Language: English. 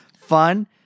fun